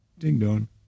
ding-dong